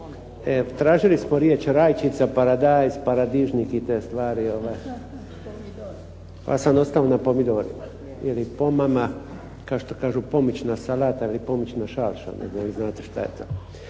tražili smo riječ rajčica, paradajz, paradižnik i te stvari, pa sam ostao na pomidorima, jer i pomama, kao što kažu pomična salata ili pomična šalša, nego vi znate što je to.